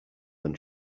than